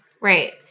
Right